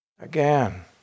Again